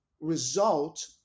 result